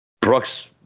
Brooks